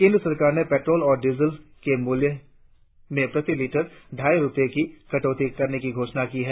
केंद्र सरकार ने पेट्रोल और डीजल के मूल्य में प्रति लीटर ढाई रुपए की कटौती करने की घोषणा की है